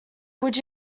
would